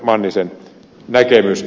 mannisen näkemystä